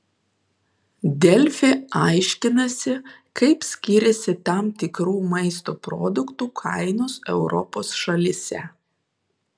delfi aiškinasi kaip skiriasi tam tikrų maisto produktų kainos europos šalyse